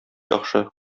яхшы